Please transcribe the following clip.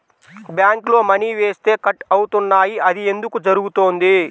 బ్యాంక్లో మని వేస్తే కట్ అవుతున్నాయి అది ఎందుకు జరుగుతోంది?